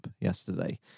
yesterday